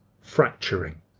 fracturing